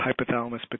hypothalamus